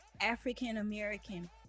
african-american